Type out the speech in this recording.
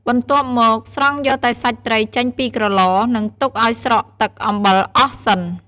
បន្ទាប់មក ស្រង់យកតែសាច់ត្រីចេញពីក្រឡ និង ទុកឱ្យស្រក់ទឹកអំបិលអស់សិន។